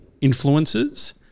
influences